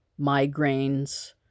migraines